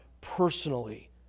personally